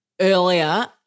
earlier